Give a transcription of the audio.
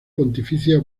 pontificia